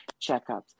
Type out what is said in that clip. checkups